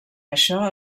això